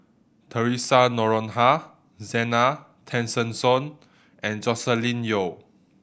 Theresa Noronha Zena Tessensohn and Joscelin Yeo